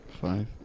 Five